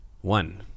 one